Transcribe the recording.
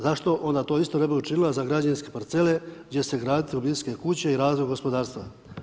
Zašto onda to isto ne bi učinila za građevinske parcele gdje će se graditi obiteljske kuće i razna gospodarstva.